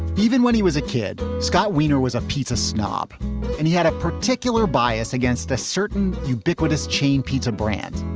even when he was a kid, scott wiener was a pizza snob and he had a particular bias against a certain ubiquitous chain pizza brand.